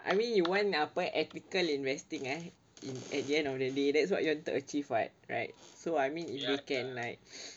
I mean you want apa ethical investing eh in at the end of the day that's what you want to achieve what right so I mean if you can like